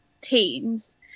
teams